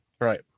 Right